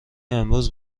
امروز